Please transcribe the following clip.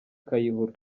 kayihura